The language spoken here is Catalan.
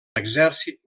l’exèrcit